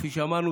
כפי שאמרנו,